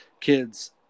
kids